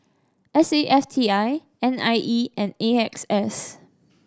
S A F T I N I E and A X S